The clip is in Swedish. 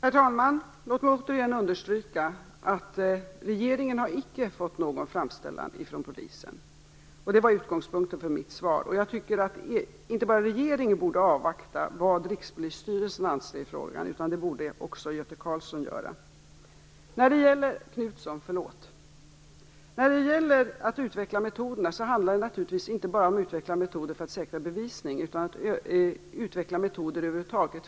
Fru talman! Låt mig återigen understryka att regeringen icke har fått någon framställan från polisen. Det var utgångspunkten för mitt svar. Jag tycker att inte bara regeringen borde avvakta vad Rikspolisstyrelsen anser i frågan, utan det borde också Göthe Knutson göra. Det handlar naturligtvis inte bara om att utveckla metoder för att säkra bevisning, utan för informationshämtande över huvud taget.